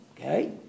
Okay